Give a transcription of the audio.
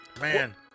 man